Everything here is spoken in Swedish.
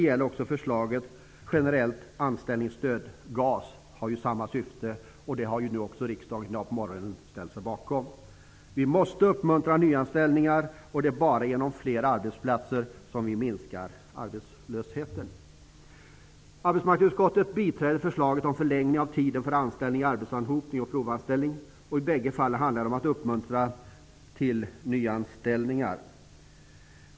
GAS -- generellt anställningsstöd -- har samma syfte, och det har riksdagen i dag på morgonen ställt sig bakom. Vi måste uppmuntra nyanställningar, och det är bara genom fler arbetsplatser som vi minskar arbetslösheten. Arbetsmarknadsutskottet tillstyrker förslaget om förlängning av tiden för anställning under arbetsanhopning och provanställning. I bägge fallen handlar det om att uppmuntra till nyanställningar.